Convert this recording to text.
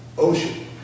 Ocean